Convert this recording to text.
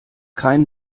kein